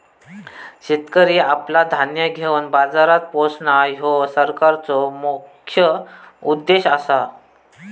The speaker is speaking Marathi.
शेतकरी आपला धान्य घेवन बाजारात पोचणां, ह्यो सरकारचो मुख्य उद्देश आसा